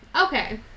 Okay